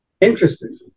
Interesting